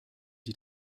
die